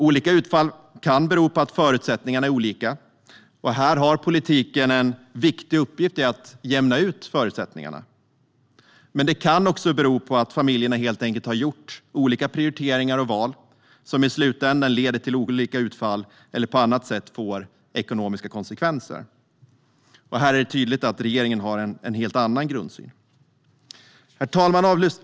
Olika utfall kan bero på att förutsättningarna är olika, och här har politiken en viktig uppgift i att jämna ut förutsättningarna. Men det kan också bero på att familjerna helt enkelt har gjort olika prioriteringar och val som i slutänden leder till olika utfall eller på annat sätt får ekonomiska konsekvenser. Här är det tydligt att regeringen har en helt annan grundsyn. Herr talman!